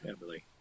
Emily